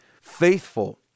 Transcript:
Faithful